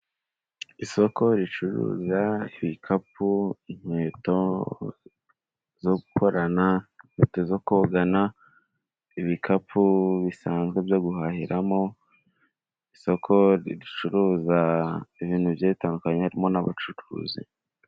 Isoko ricuruza ibikapu, inkweto zo gukorana inkweto zo kogana, ibikapu bisanzwe byo guhahiramo, isoko ricuruza ibintu bigiye bitandukanye harimo n'abacuruzi.